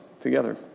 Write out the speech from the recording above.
together